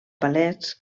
palès